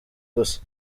gusa